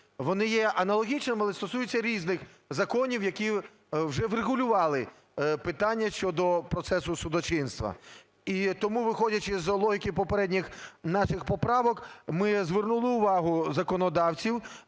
вони є аналогічними, але стосуються різних законів, які вже врегулювали питання щодо процесу судочинства. І тому, виходячи з логіки попередніх наших поправок, ми звернули увагу законодавців